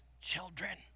children